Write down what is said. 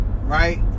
right